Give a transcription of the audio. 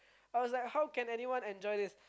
I was like how can anyone enjoy this